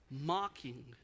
mocking